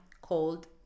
called